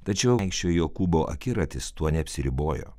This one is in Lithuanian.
tačiau kunigaikščio jokūbo akiratis tuo neapsiribojo